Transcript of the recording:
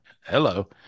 Hello